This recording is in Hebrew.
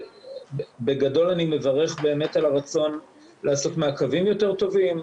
בגדול אני מברך על הרצון לעשות מעקבים יותר טובים,